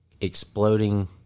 exploding